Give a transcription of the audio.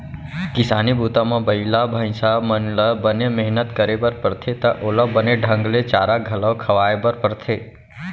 किसानी बूता म बइला भईंसा मन ल बने मेहनत करे बर परथे त ओला बने ढंग ले चारा घलौ खवाए बर परथे